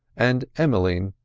and emmeline,